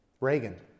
Reagan